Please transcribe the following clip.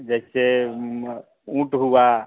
जैसे ऊँट हुआ